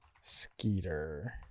Skeeter